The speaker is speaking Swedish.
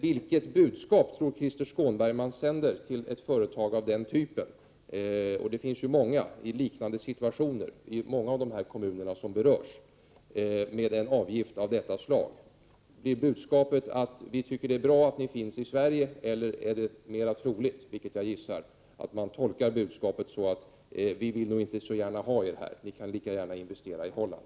Vilket budskap tror Krister Skånberg att man sänder till ett företag av den här typen? Jag vill tillägga att det finns många företag som befinner sig i en liknande situation i flera av de kommuner som berörs, där alltså nämnda avgift skulle tas ut. Blir budskapet att man tycker att det är bra att företaget finns i Sverige? Eller blir budskapet — och det är väl mera troligt — att man inte så gärna vill ha företaget på en viss ort och att investeringar lika gärna kan göras i Holland?